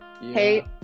Hey